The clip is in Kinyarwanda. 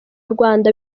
rwanda